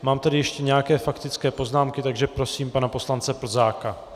Mám tady ještě nějaké faktické poznámky, takže prosím pana poslance Plzáka.